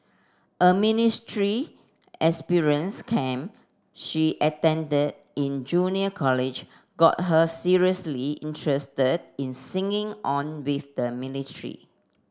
a experience camp she attended in junior college got her seriously interested in singing on with the military